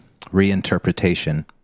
reinterpretation